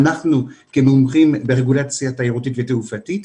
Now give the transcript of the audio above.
אנחנו כמומחים ברגולציה תיירותית ותעופתית,